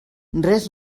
res